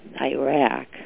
Iraq